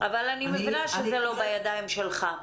אני מבינה שזה לא בידיים שלך.